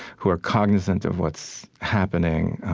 who are cognizant of what's happening,